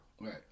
Right